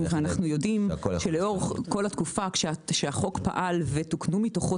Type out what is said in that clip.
לאור כל התקופה שהחוק פעל ותוקנו מתוכו